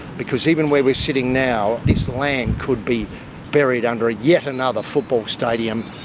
because even where we are sitting now, this land could be buried under yet another football stadium.